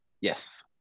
Yes